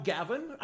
Gavin